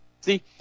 See